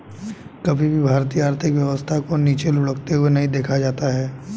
कभी भी भारतीय आर्थिक व्यवस्था को नीचे लुढ़कते हुए नहीं देखा जाता है